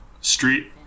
Street